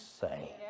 say